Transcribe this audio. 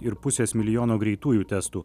ir pusės milijono greitųjų testų